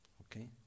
Okay